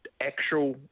actual